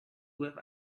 with